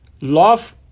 love